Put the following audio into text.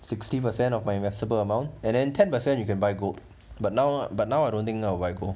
sixty percent of my investable amount and then ten percent you can buy gold but now but now I don't think I will buy gold